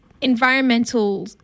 ..environmental